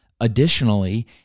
Additionally